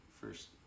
first